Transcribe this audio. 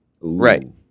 Right